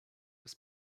des